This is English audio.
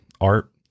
art